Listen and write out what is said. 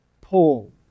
Paul